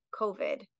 COVID